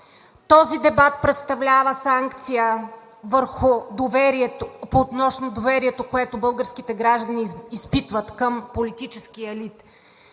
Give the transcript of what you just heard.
този дебат представлява санкция относно доверието, което българските граждани изпитват към политическия елит.